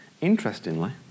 Interestingly